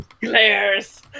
Glares